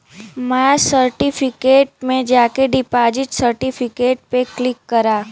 माय certificate में जाके deposit certificate पे क्लिक करा